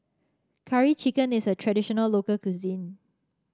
Curry Chicken is a traditional local cuisine